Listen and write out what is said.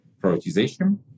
prioritization